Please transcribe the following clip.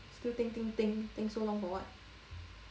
still think think think think so long for what